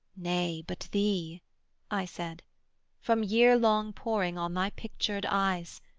nay but thee i said from yearlong poring on thy pictured eyes,